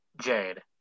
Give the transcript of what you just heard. Jade